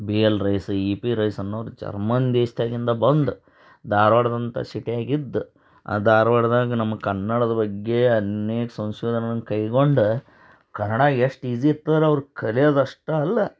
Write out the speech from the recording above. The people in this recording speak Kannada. B L Rice E P Rice ಅನ್ನೋರು ಜರ್ಮನ್ ದೇಶದಾಗಿಂದ ಬಂದು ಧಾರವಾಡ್ದಂಥ ಸಿಟಿಯಾಗೆ ಇದ್ದು ಆ ಧಾರ್ವಾಡ್ದಾಗ ನಮ್ಮ ಕನ್ನಡದ ಬಗ್ಗೆ ಅನೇಕ ಸಂಶೋಧನೆಯನ್ನು ಕೈಗೊಂಡು ಕನ್ನಡ ಎಷ್ಟು ಈಝಿ ಇತ್ತು ಅಂದ್ರೆ ಅವ್ರು ಕಲಿಯೋದಷ್ಟೇ ಅಲ್ಲ